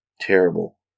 Terrible